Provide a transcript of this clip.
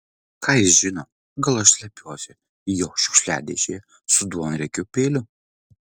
ką jis žino gal aš slepiuosi jo šiukšliadėžėje su duonriekiu peiliu